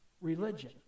Religion